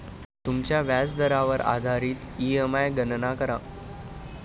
तुमच्या व्याजदरावर आधारित ई.एम.आई गणना करा